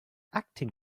acting